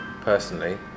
personally